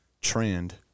trend